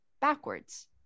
backwards